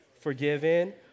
forgiven